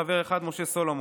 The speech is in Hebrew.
חבר אחד: משה סולומון,